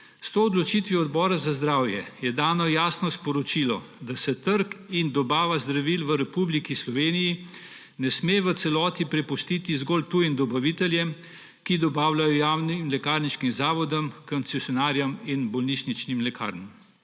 S to odločitvijo Odbora za zdravje je dano jasno sporočilo, da se trga in dobave zdravil v Republiki Sloveniji ne sme v celoti prepustiti zgolj tujim dobaviteljem, ki dobavljajo lekarniškim zavodom, koncesionarjem in bolnišničnim lekarnam.